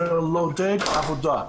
לעודד עבודה,